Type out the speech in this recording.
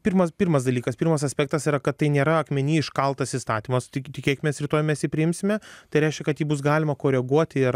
pirmas pirmas dalykas pirmas aspektas yra kad tai nėra akmeny iškaltas įstatymas tikėkimės rytoj mes jį priimsime tai reiškia kad jį bus galima koreguoti ir